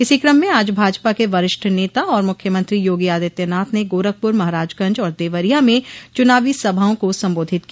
इसी क्रम में आज भाजपा के वरिष्ठ नेता और मुख्यमंत्री योगी आदित्यनाथ ने गोरखपुर महराजगंज और देवरिया में चुनावो सभाओं को संबोधित किया